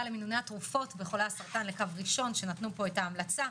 למינוני התרופות בחולי הסרטן לקו ראשון שנתנו את ההמלצה.